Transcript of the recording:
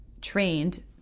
trained